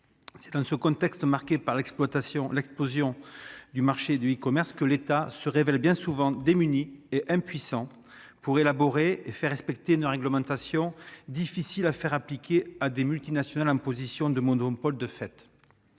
C'est dans ce contexte marqué par l'explosion du marché du e-commerce que l'État se révèle bien souvent démuni et impuissant pour élaborer et faire respecter une réglementation difficile à appliquer à des multinationales en position de monopole de fait.